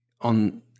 on